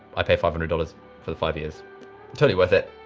i pay five hundred dollars for the five years total worth it.